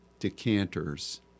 Decanters